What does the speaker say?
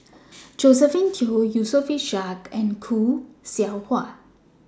Josephine Teo Yusof Ishak and Khoo Seow Hwa